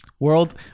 World